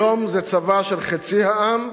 היום זה צבא של חצי העם,